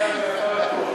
צעירה ויפה בטוח.